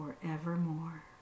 forevermore